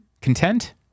content